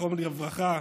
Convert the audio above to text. זיכרונם לברכה,